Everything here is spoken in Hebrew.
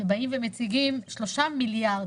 שבאים ומציגים שלושה מיליארד.